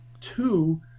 two